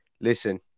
Listen